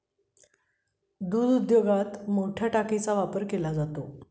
दूध उद्योगात मोठया टाकीचा वापर केला जातो